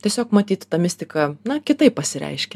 tiesiog matyt ta mistika na kitaip pasireiškia